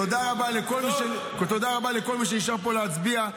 תודה רבה לכל מי שנשאר פה להצביע.